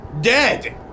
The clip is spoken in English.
dead